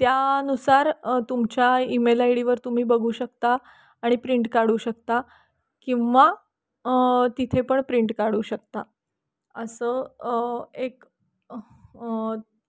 त्यानुसार तुमच्या ईमेल आय डीवर तुम्ही बघू शकता आणि प्रिंट काढू शकता किंवा तिथे पण प्रिंट काढू शकता असं एक